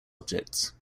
objects